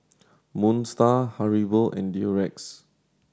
Moon Star Haribo and Durex